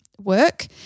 work